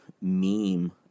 meme